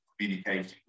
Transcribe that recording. communication